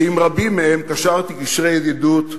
שעם רבים מהם קשרתי קשרי ידידות,